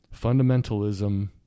fundamentalism